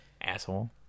Asshole